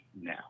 now